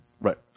Right